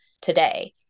today